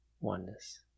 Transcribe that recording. Oneness